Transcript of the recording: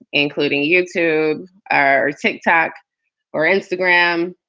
including youtube are tic tac or instagram,